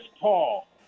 Paul